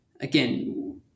Again